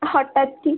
ହଠାତ୍ କି